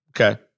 Okay